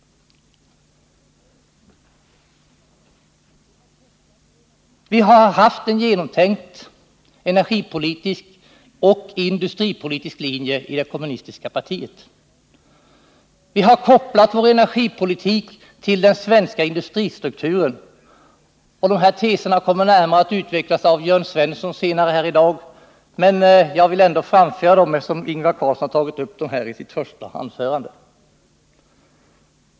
Vi har haft en genomtänkt energipolitisk och industripolitisk linje i det kommunistiska partiet. Vi har kopplat vår energipolitik till den svenska industristrukturen. — De här teserna kommer att närmare utvecklas av Jörn Svensson senare här i dag, men jag vill ändå framföra detta nu, eftersom Ingvar Carlsson har tagit upp dem i sitt första anförande.